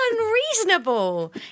unreasonable